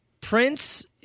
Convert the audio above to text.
Prince